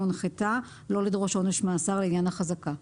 הונחתה לא לדרוש עונש מאסר לעניין החזקה.